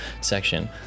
section